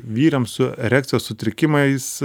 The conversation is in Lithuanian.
vyram su erekcijos sutrikimais